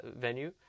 venue